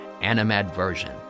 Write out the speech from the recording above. animadversion